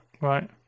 right